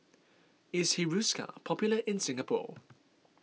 is Hiruscar popular in Singapore